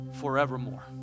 forevermore